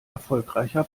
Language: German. erfolgreicher